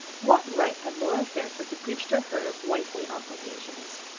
what right had laura fairford to preach to her of wifely obligations?